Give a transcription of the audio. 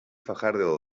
fajardo